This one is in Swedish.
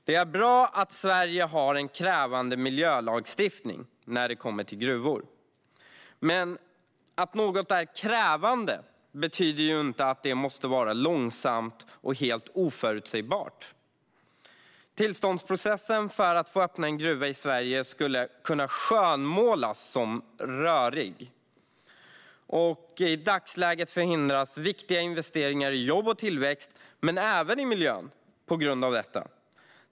Det är bra att Sverige har en krävande miljölagstiftning när det kommer till gruvor. Men att något är krävande betyder inte att det måste vara långsamt och helt oförutsägbart. Tillståndsprocessen för att få öppna en gruva i Sverige skulle kunna skönmålas som "rörig". I dagsläget förhindras viktiga investeringar i jobb och tillväxt men även i miljön på grund av detta.